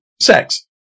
sex